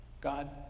God